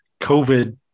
COVID